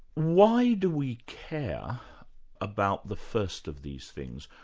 why do we care about the first of these things?